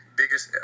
biggest